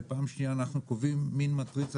ופעם שנייה אנחנו קובעים מין מטריצת